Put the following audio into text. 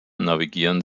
navigieren